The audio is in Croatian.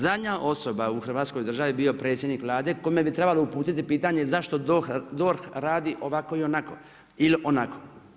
Zadnja osoba u Hrvatskoj državi bio predsjednik Vlade kome bi trebalo uputiti pitanje zašto DORH radi ovako ili onako ili onako.